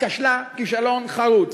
כשלה כישלון חרוץ.